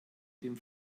dem